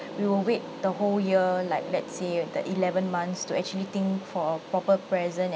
you will wait the whole year like let say the eleven months to actually think for a proper present